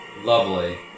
Lovely